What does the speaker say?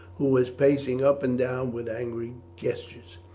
who was pacing up and down with angry gestures.